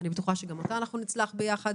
אני בטוחה שגם אותה אנחנו נצלח ביחד.